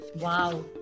Wow